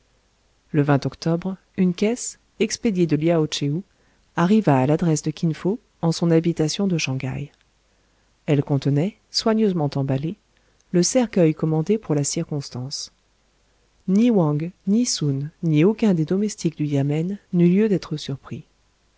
le octobre une caisse expédiée de liao tchéou arriva à l'adresse de kin fo en son habitation de shang haï elle contenait soigneusement emballé le cercueil commandé pour la circonstance ni wang ni soun ni aucun des domestiques du yamen n'eut lieu d'être surpris